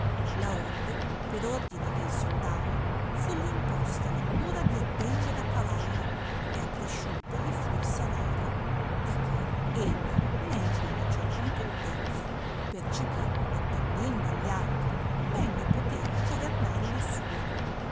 meritava laonde per ordine del soldano fulli imposta la cura di attendere a cavalli e accresciuto li fu il salario di che egli ne ebbe maggior contentezza perciò che attendendo a gli altri meglio poteva governar lo suo